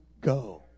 go